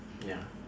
ya